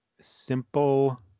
simple